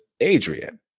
Adrian